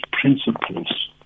principles